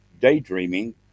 daydreaming